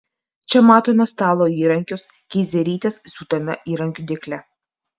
čia matome stalo įrankius keizerytės siūtame įrankių dėkle